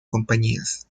compañías